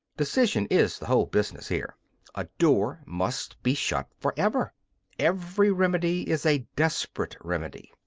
decision is the whole business here a door must be shut for ever every remedy is a desperate remedy.